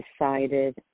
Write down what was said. decided